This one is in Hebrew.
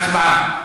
הצבעה.